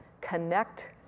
connect